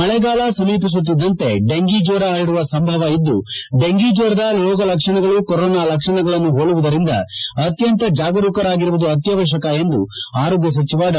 ಮಳೆಗಾಲ ಸಮೀಪಿಸುತ್ತಿದ್ದಂತೆ ಡಂಗಿ ಜ್ವರ ಹರಡುವ ಸಂಭವ ಇದ್ದು ಡಂಗಿ ಜ್ವರದ ರೋಗ ಲಕ್ಷಣಗಳು ಕೊರೊನಾ ಲಕ್ಷಣಗಳನ್ನು ಹೋಲುವುದರಿಂದ ಅತ್ಯಂತ ಜಾಗರೂಕರಾಗಿರುವುದು ಅವಶ್ಯಕ ಎಂದು ಆರೋಗ್ಯ ಸಚಿವ ಡಾ